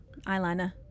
eyeliner